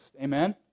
Amen